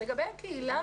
לגבי הקהילה.